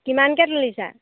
কিমানকৈ তুলিছা